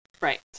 Right